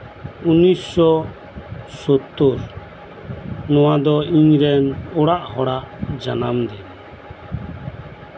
ᱩᱱᱤᱥ ᱥᱚ ᱥᱳᱛᱛᱳᱨ ᱱᱚᱶᱟ ᱫᱚ ᱤᱧ ᱨᱮᱱ ᱚᱲᱟᱜ ᱦᱚᱲᱟᱜ ᱟᱱᱟᱢ ᱫᱤᱱ